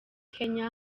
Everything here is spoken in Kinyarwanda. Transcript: kenya